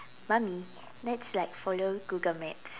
mummy let's like follow Google maps